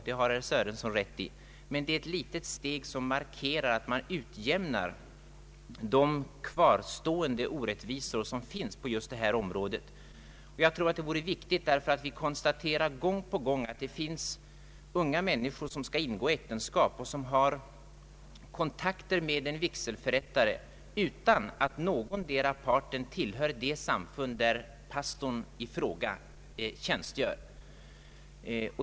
Det har herr Sörenson rätt i, men det är ett steg som markerar att man utjämnar de orättvisor som alltjämt finns just på detta område. Jag tror det vore riktigt bl.a. därför att vi gång på gång konstaterar att unga män niskor som skall ingå äktenskap har kontakt med vigselförrättare utan att någondera parten tillhör det samfund där pastorn i fråga tjänstgör.